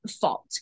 fault